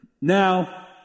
Now